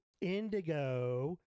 indigo